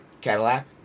Cadillac